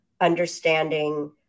understanding